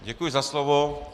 Děkuji za slovo.